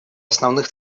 основных